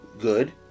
good